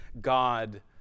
God